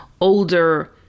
older